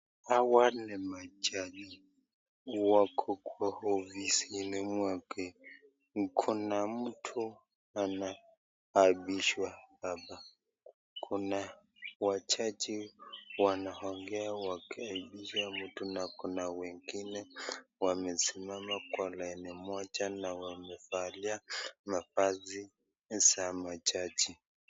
Hawa ni majaji. Wako kwa ofisini mwake. Kuna mtu anaapishwa hapa. Kuna wachache wanaongea wakiapisha mtu na kuna wengine wamesimama kwa laini moja na wamevalia mavazi za majaji.